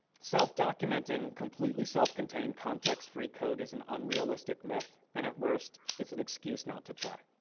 self-documenting completely self-contained context free code is an unrealistic myth and at worst is an excuse not to try.